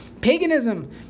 Paganism